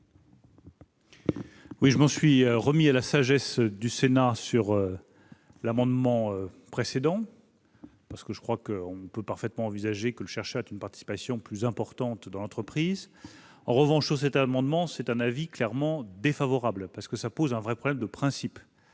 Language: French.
? Je m'en suis remis à la sagesse du Sénat sur l'amendement précédent, car j'estime que l'on doit pouvoir envisager que le chercheur ait une participation plus importante dans l'entreprise. En revanche, sur cet amendement, j'ai un avis clairement défavorable, parce qu'il pose un problème de principe.